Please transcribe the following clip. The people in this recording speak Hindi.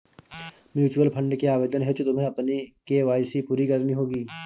म्यूचूअल फंड के आवेदन हेतु तुम्हें अपनी के.वाई.सी पूरी करनी होगी